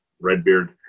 Redbeard